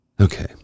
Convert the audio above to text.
Okay